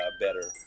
better